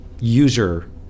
user